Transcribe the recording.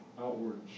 outward